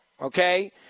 okay